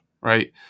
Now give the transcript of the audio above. right